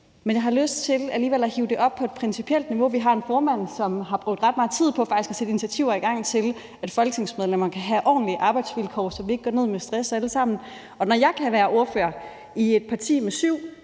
Men jeg har alligevel lyst til at hive det op på et principielt niveau. Vi har en formand, som har brugt ret meget tid på faktisk at sætte initiativer i gang, så folketingsmedlemmerne kan have ordentlige arbejdsvilkår, så vi ikke går ned med stress alle sammen. Og når jeg kan være ordfører i et parti med syv